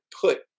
put